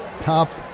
top